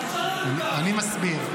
אני מסביר.